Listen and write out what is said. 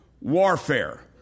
warfare